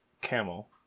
camel